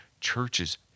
churches